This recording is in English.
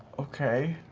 okay.